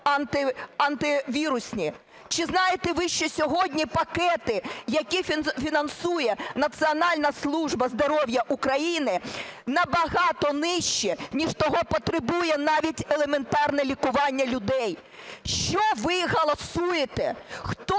антивірусні? Чи знаєте ви, що сьогодні пакети, які фінансує Національна служба здоров'я України набагато нижчі, ніж того потребує навіть елементарне лікування людей? Що ви голосуєте?